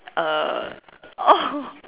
uh oh